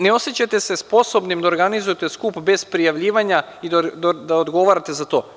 Ne osećate se sposobnim da organizujete skup bez prijavljivanja i da odgovarate za to.